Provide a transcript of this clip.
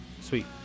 Sweet